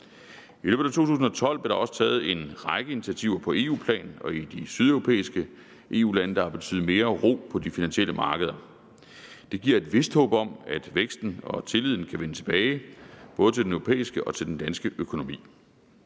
I løbet af 2012 blev der også taget en række initiativer på EU-plan og i de sydeuropæiske EU-lande, og det har betydet mere ro på de finansielle markeder. Det giver et vist håb om, at væksten og tilliden kan vende tilbage både til den europæiske og til den danske økonomi.